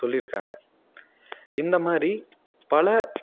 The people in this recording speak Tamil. சொல்லியிருக்காங்க இந்த மாதிரி பல